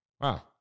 wow